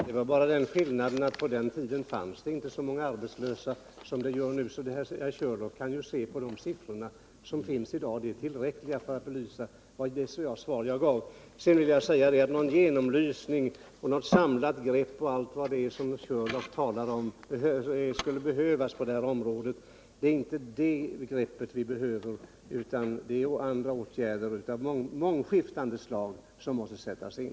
Herr talman! Det är bara den skillnaden att på den tiden fanns det inte så många arbetslösa som det finns nu. Herr Körlof kan ju studera de siffror sorn gäller i dag — de är tillräckliga för att belysa riktigheten i det svar jag gav. Herr Körlof talar om en genomlysning, ett samlat grepp och allt vad det är som skulle behövas på det här området. Det är inte det som vi behöver, utan det är andra åtgärder av mångskiftande slag som måste sättas in.